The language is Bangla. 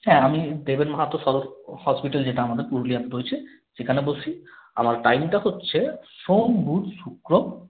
হ্যাঁ আমি দেবেন মাহাতো সদর হসপিটাল যেটা আমাদের পুরুলিয়ায় রয়েছে সেখানে বসি আমার টাইমটা হচ্ছে সোম বুধ শুক্র